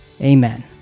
Amen